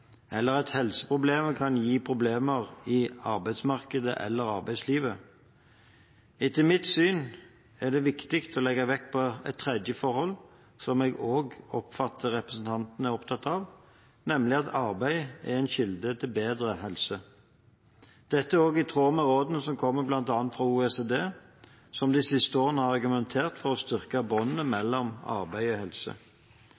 eller at helseproblemer kan gi problemer på arbeidsmarkedet eller i arbeidslivet. Etter mitt syn er det viktig å legge vekt på et tredje forhold, som jeg også oppfatter at representanten er opptatt av, nemlig at arbeid er en kilde til bedre helse. Dette er også i tråd med rådene som kommer bl.a. fra OECD, som de siste årene har argumentert for å styrke båndene mellom arbeid og helse.